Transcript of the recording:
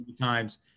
times